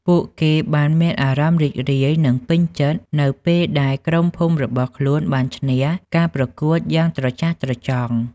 ពួកគេបានមានអារម្មណ៍រីករាយនិងពេញចិត្តនៅពេលដែលក្រុមភូមិរបស់ខ្លួនបានឈ្នះការប្រកួតយ៉ាងត្រចះត្រចង់។